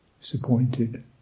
disappointed